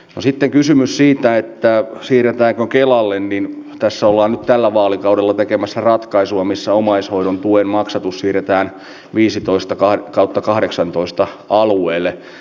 osittain kysymys siitä että siirtää kokelaalle niin tässä ollaan tällä vaalikaudella tekemässä ratkaisua missä omaishoidon tuen maksatus siirretään viisitoista kai kauto kahdeksantoista alueelle